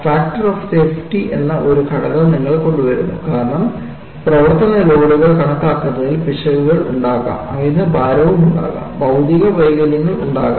factor of safety എന്ന ഒരു ഘടകം നിങ്ങൾ കൊണ്ടുവരുന്നു കാരണം പ്രവർത്തന ലോഡുകൾ കണക്കാക്കുന്നതിൽ പിശകുകൾ ഉണ്ടാകാം അമിതഭാരമുണ്ടാകാം ഭൌതിക വൈകല്യങ്ങൾ ഉണ്ടാകാം